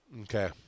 Okay